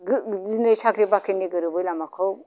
दिनै साख्रि बाख्रिनि गोरोबै लामाखौ